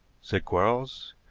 said quarles.